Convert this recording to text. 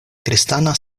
kristana